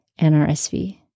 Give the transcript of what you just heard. NRSV